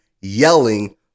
yelling